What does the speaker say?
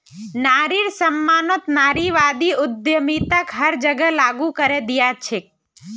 नारिर सम्मानत नारीवादी उद्यमिताक हर जगह लागू करे दिया छेक